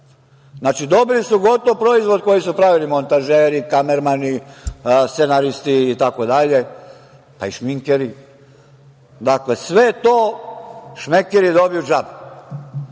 Znači, dobili su gotov proizvod koji su pravili montažeri, kamermani, scenaristi, itd., pa i šminkeri. Dakle, sve to šmekeri dobiju džabe.